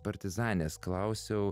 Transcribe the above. partizanės klausiau